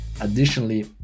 Additionally